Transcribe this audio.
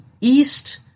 east